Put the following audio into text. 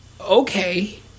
okay